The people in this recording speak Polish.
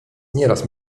nieraz